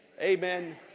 Amen